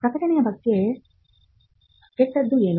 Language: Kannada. ಪ್ರಕಟಣೆಯ ಬಗ್ಗೆ ಕೆಟ್ಟದು ಏನು